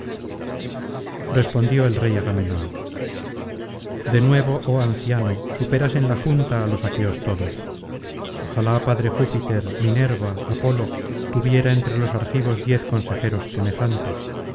respondió el rey agamenón de nuevo oh anciano supera en la junta á los aqueos todos ojalá padre júpiter minerva apolo tuviera entre los argivos diez consejeros semejantes